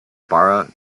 bara